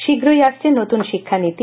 শীঘ্রই আসছে নতুন শিক্ষা নীতি